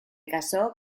casó